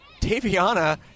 Daviana